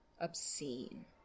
Obscene